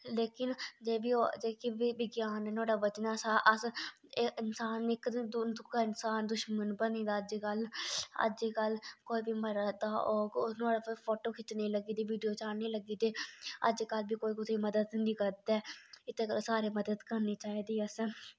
लेकिन जे बी होए जेह्की बी विज्ञान नोह्ड़े बदले अस इंसान इक तू दूआ इंसान दा दुश्मन बनी दा अज्जकल अज्जकल कोई मरा दा होग नोह्ड़े उप्पर फोटो खिचने लग्गी दे वीडियो चढ़ने लग्गी दे अज्जकल बी कोई कुसै मद्द नि करदा ऐ इत्ते गल्ला सारे दी मद्द करनी चाहिदी आसें